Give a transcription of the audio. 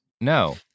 No